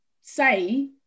say